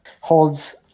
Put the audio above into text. holds